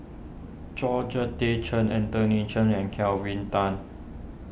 Georgette Chen Anthony Chen and Kelvin Tan